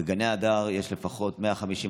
בגני הדר יש לפחות 150,